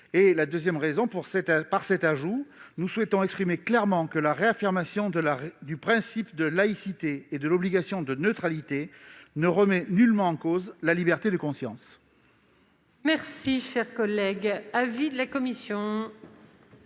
Deuxièmement, par cet ajout, nous souhaitons affirmer clairement que la réaffirmation du principe de laïcité et d'obligation de neutralité ne remet nullement en cause la liberté de conscience. Quel est l'avis de la commission